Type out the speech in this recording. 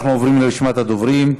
אנחנו עוברים לרשימת הדוברים: